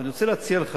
ואני רוצה להציע לך,